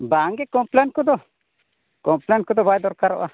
ᱵᱟᱝᱜᱮ ᱠᱚᱢᱯᱞᱮᱱ ᱠᱚᱫᱚ ᱠᱚᱢᱯᱞᱮᱱ ᱠᱚᱫᱚ ᱵᱟᱭ ᱫᱚᱨᱠᱟᱨᱚᱜᱼᱟ